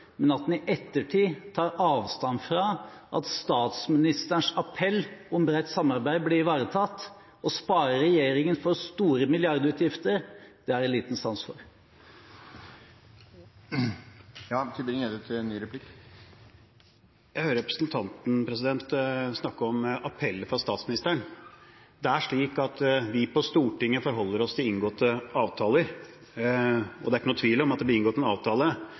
men at en i ettertid tar avstand fra at statsministerens appell om bredt samarbeid blir ivaretatt og sparer regjeringen for store milliardutgifter, det har jeg liten sans for. Jeg hører representanten snakke om appeller fra statsministeren. Det er slik at vi på Stortinget forholder oss til inngåtte avtaler, og det er ikke noen tvil om at det ble inngått en avtale.